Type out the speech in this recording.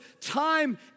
time